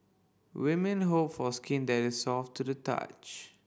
women hope for skin that is soft to the touch